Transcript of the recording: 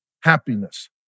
happiness